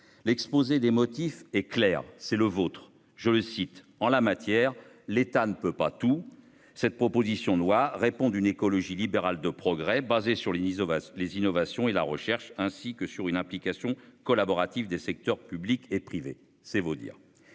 L'exposé des motifs a le mérite d'être clair :« En la matière, l'État ne peut pas tout. Cette proposition de loi répond d'une écologie libérale de progrès, basée sur les innovations et la recherche, ainsi que sur une implication collaborative des secteurs public et privé. » Sans surprise,